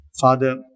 Father